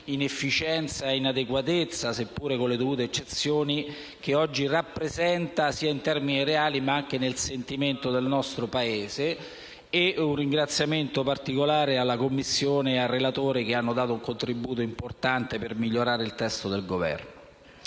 inefficienza ed inadeguatezza, seppure con le dovute eccezioni, che oggi essa rappresenta in termini reali e nel sentimento del nostro Paese. Un ringraziamento particolare va alla Commissione ed al relatore, che hanno dato un contributo importante per migliorare il testo del Governo.